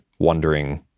wondering